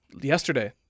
yesterday